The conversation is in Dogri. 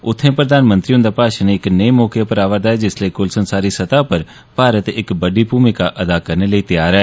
उत्थे प्रधानमंत्री हुन्दा भाषण इक नेह् मौके पर आवा'रदा ऐ जिस्सलै कुल संसारी स्तह उप्पर भारत इक बड्डी भूमिका अदा करने लेई तैयार ऐ